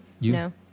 No